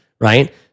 Right